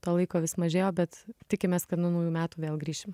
to laiko vis mažėjo bet tikimės kad nuo naujų metų vėl grįšim